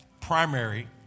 primary